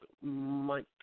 Mike